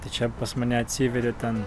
tai čia pas mane atsivėrė ten